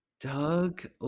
Doug